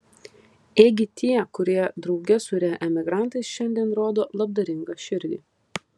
ėgi tie kurie drauge su reemigrantais šiandien rodo labdaringą širdį